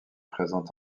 présentes